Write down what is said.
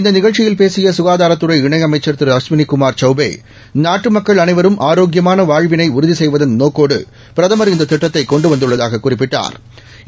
இந்த நிகழ்ச்சியில் பேசிய சுகாதாத்துறை இணை அமைச்ச் திரு அஸ்வினிகுமார் சௌபே நாட்டு மக்கள் அனைவரும் ஆரோக்கியமான வாழ்வினை உறுதி செய்வதன் நோக்கோடு பிரதமா் இந்த திட்டத்தை கொண்டு வந்துள்ளதாகக் குறிப்பிட்டாள்